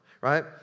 right